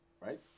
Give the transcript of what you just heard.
Right